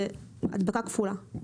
זו הדבקה כפולה.